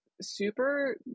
super